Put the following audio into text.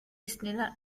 disneyland